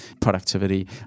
productivity